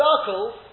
circles